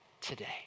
today